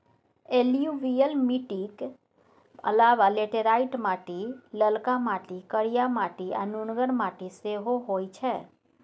एलुयुबियल मीटिक अलाबा लेटेराइट माटि, ललका माटि, करिया माटि आ नुनगर माटि सेहो होइ छै